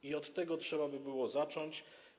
I od tego trzeba by było zacząć.